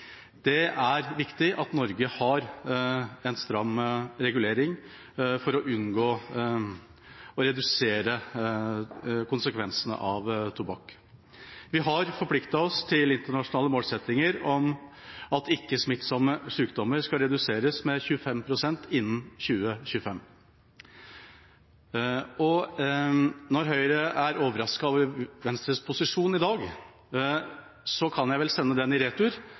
Det er viktig at Norge har en stram regulering for å unngå og redusere konsekvensene av tobakk. Vi har forpliktet oss til internasjonale målsettinger om at ikke-smittsomme sykdommer skal reduseres med 25 pst. innen 2025. Når Høyre er overrasket over Venstres posisjon i dag, kan jeg vel sende den i retur,